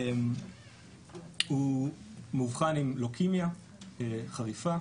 הוא מאובחן עם לוקמיה חריפה,